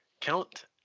Count